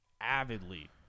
avidly